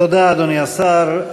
תודה, אדוני השר.